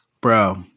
bro